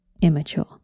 immature